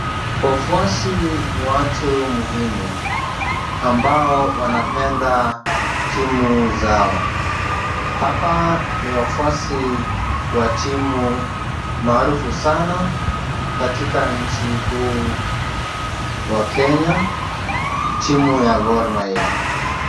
Wafuasi ni watu muhimu ambao wanapenda timu zao. Hapa ni wafuasi wa timu maarufu sana katika nchi huu wa Kenya, timu ya Gor Mahia.